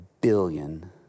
billion